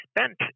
spent